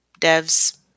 devs